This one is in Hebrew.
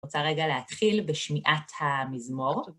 רוצה רגע להתחיל בשמיעת המזמור.